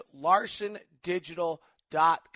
LarsonDigital.com